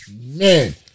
Man